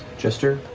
jester.